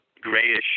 grayish